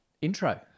intro